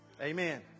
Amen